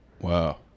wow